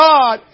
God